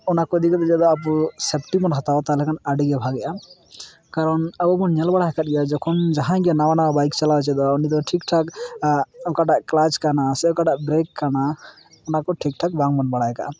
ᱚᱱᱟᱠᱚ ᱤᱫᱤ ᱠᱟᱛᱮᱫ ᱡᱟᱛᱮ ᱟᱵᱚ ᱥᱮᱯᱴᱤᱵᱚᱱ ᱦᱟᱛᱟᱣ ᱛᱟᱦᱚᱞᱮ ᱠᱷᱟᱱ ᱟᱹᱰᱤᱜᱮ ᱵᱷᱟᱜᱮᱜᱼᱟ ᱠᱟᱨᱚᱱ ᱟᱵᱚᱵᱚᱱ ᱧᱮᱞ ᱵᱟᱲᱟ ᱟᱠᱟᱫ ᱜᱮᱭᱟ ᱡᱚᱠᱷᱚᱱ ᱡᱟᱦᱟᱸᱭ ᱜᱮ ᱱᱟᱣᱟ ᱱᱟᱣᱟ ᱵᱟᱹᱭᱤᱠ ᱪᱟᱞᱟᱣᱮ ᱪᱮᱫᱚᱜᱼᱟ ᱩᱱᱤᱫᱚ ᱴᱷᱤᱠ ᱴᱷᱟᱠ ᱚᱠᱟᱴᱟᱜ ᱠᱞᱟᱪ ᱠᱟᱱᱟ ᱥᱮ ᱚᱠᱟᱴᱟᱜ ᱵᱨᱮᱠ ᱠᱟᱱᱟ ᱚᱱᱟᱠᱚ ᱴᱷᱤᱠ ᱴᱷᱟᱠ ᱵᱟᱝᱵᱚᱱ ᱵᱟᱲᱟᱭ ᱠᱟᱜᱼᱟ